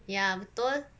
ya betul